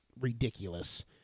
ridiculous